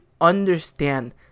Understand